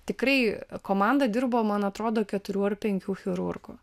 tikrai komanda dirbo man atrodo keturių ar penkių chirurgų